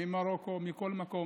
ממרוקו ומכל מקום,